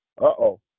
uh-oh